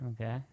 Okay